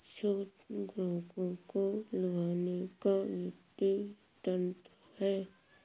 छूट ग्राहकों को लुभाने का वित्तीय तंत्र है